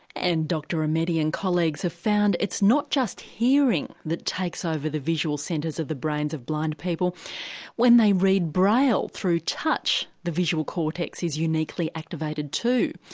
and dr amedi and colleagues have found it's not just hearing that takes over the visual centres of the brains of blind people when they read braille through touch, the visual cortex is uniquely activated too.